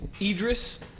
Idris